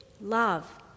love